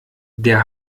der